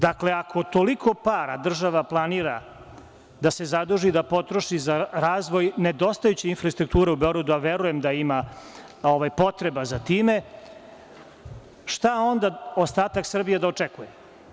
Dakle, ako toliko para država planira da se zaduži da potroši za razvoj nedostajaće infrastrukturi u Beogradu, a verujem da ima potreba za tim, šta onda ostatak Srbije da očekuje?